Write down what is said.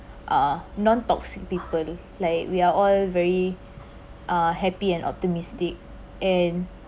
uh nontoxic people like we are all very uh happy and optimistic and